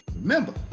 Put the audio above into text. Remember